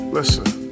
Listen